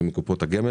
הגמל.